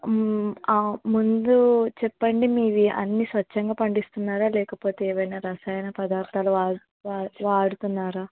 ముం ముందు చెప్పండి మీవి అన్నీ స్వచ్ఛంగా పండిస్తున్నారా లేకపోతే ఏవైనా రసాయన పదార్ధాలు వాడుతున్నారా